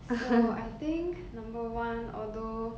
so I think number one although